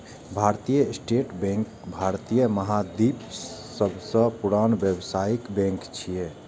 भारतीय state bank भारतीय महाद्वीपक सबसं पुरान व्यावसायिक बैंक छियै